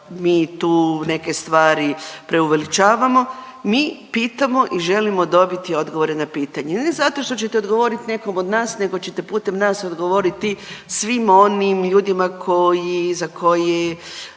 mi tu neke stvari preuveličavamo, mi pitamo i želimo dobiti odgovore na pitanja. Ne zato što ćete odgovorit nekom od nas nego ćete putem nas odgovoriti svim onim ljudima koji,